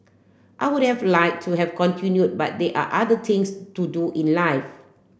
I would have like to have continued but they are other things to do in life